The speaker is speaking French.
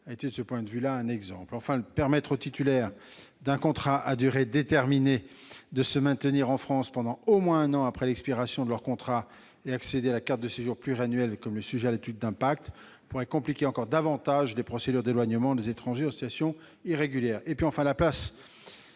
dans la vie politique, en atteste. En outre, permettre aux titulaires d'un contrat à durée déterminée de se maintenir en France pendant au moins un an après l'expiration de leur contrat et d'accéder à la carte de séjour pluriannuelle, comme le suggère l'étude d'impact, pourrait compliquer encore davantage les procédures d'éloignement des étrangers en situation irrégulière. À la place,